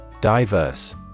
Diverse